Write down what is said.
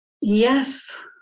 yes